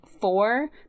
four